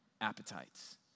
appetites